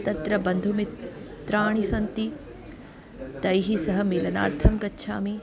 तत्र बन्धुमित्राणि सन्ति तैः सह मेलनार्थं गच्छामि